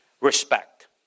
respect